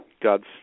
God's